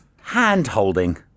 hand-holding